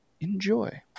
Enjoy